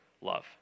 love